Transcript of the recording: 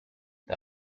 the